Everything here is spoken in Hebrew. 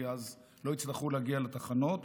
כי אז הן לא יצטרכו להגיע לתחנות,